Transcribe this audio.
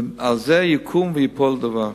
ועל זה יקום וייפול דבר.